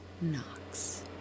knocks